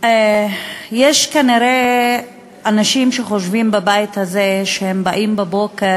יש כנראה בבית הזה אנשים שחושבים שהם באים בבוקר